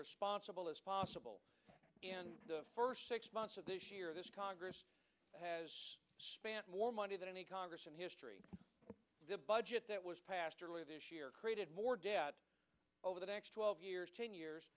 responsible as possible in the first six months of this year this congress has spent more money than any congress in history the budget that was passed earlier this year created more debt over the next twelve years t